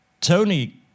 Tony